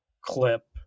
clip